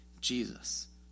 Jesus